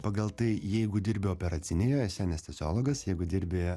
pagal tai jeigu dirbi operacinėje esi anesteziologas jeigu dirbi